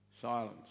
Silence